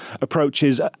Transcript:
approaches